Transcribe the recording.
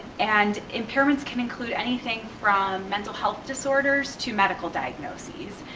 and impairments can include anything from mental health disorders to medical diagnoses,